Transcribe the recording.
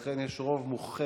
לכן יש רוב מוחץ